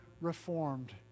reformed